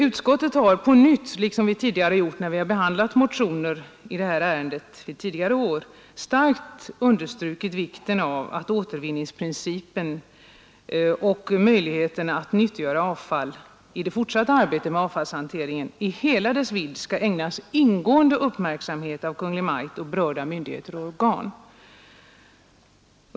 Utskottet har på nytt liksom tidigare när vi har behandlat motioner i detta ärende starkt understrukit vikten av att återvinningsprincipen och möjligheterna att nyttiggöra avfall i det fortsatta arbetet med avfallshanteringen ägnas ingående uppmärksamhet av Kungl. Maj:t och berörda myndigheter och organ.